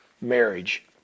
marriage